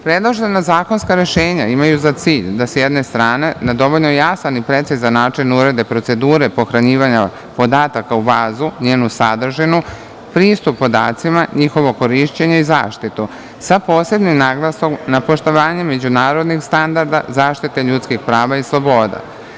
Predložena zakonska rešenja imaju za cilj da, sa jedne strane, na dovoljno jasan i precizan način urede procedure pothranjivanja podataka u bazu, njenu sadržinu, pristup podacima, njihovo korišćenje i zaštitu, sa posebnim naglaskom na poštovanja međunarodnih standarda zaštite ljudskih prava i sloboda.